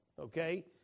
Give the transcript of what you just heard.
Okay